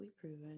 proven